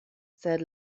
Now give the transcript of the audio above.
sed